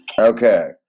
okay